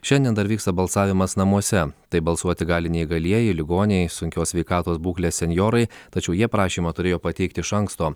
šiandien dar vyksta balsavimas namuose taip balsuoti gali neįgalieji ligoniai sunkios sveikatos būklės senjorai tačiau jie prašymą turėjo pateikti iš anksto